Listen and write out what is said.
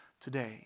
today